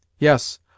Yes